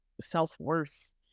self-worth